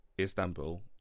Istanbul